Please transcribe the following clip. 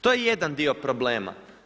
To je jedan dio problema.